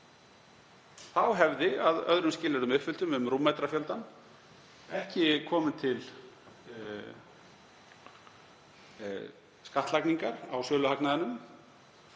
þá hefði að öðrum skilyrðum uppfylltum, um rúmmetrafjöldann, ekki komið til skattlagningar á söluhagnaðinum